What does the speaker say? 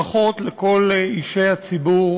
ברכות לכל אישי הציבור